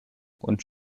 und